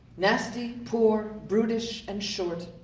nasty, poor, brutish, and short.